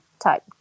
type